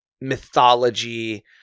mythology